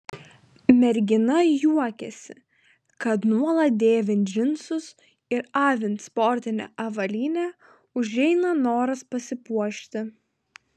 mergina juokiasi kad nuolat dėvint džinsus ir avint sportinę avalynę užeina noras pasipuošti